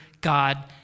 God